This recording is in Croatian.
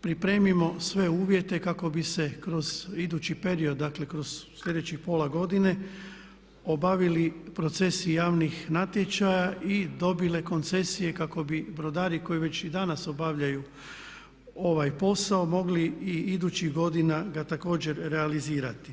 pripremimo sve uvjete kako bi se kroz idući period, dakle kroz sljedećih pola godine obavili procesi javnih natječaja i dobile koncesije kako bi brodari koji već i danas obavljaju ovaj posao mogli i idućih godina ga također realizirati.